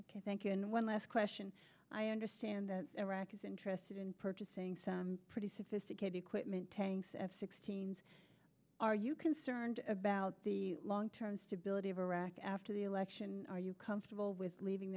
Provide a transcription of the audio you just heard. and one last question i understand that iraq is interested in purchasing some pretty sophisticated equipment tanks f sixteen s are you concerned about the long term stability of iraq after the election are you comfortable with leaving